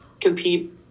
compete